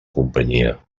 companyia